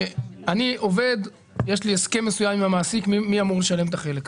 אני עובד ויש לי הסכם מסוים עם המעסיק לגבי מי אמור לשלם את החלק הזה.